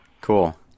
Cool